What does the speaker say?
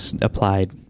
applied